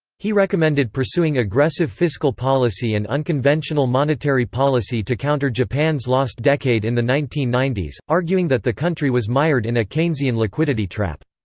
he recommended pursuing aggressive fiscal policy and unconventional monetary policy to counter japan's japan's lost decade in the nineteen ninety s, arguing that the country was mired in a keynesian liquidity trap.